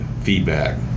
feedback